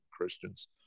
Christians